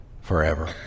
forever